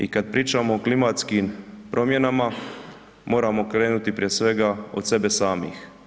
I kad pričamo o klimatskim promjenama moramo krenuti prije svega od sebe samih.